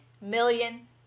million